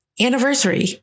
anniversary